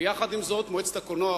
ויחד עם זאת מועצת הקולנוע,